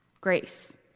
Grace